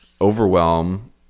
overwhelm